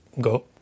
go